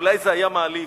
אולי זה היה מעליב.